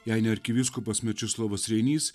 jei ne arkivyskupas mečislovas reinys